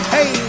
Hey